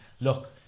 look